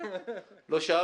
לא.